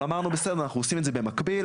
אבל אמרנו בסדר אנחנו עושים את זה במקביל,